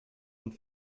und